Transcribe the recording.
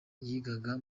yigaga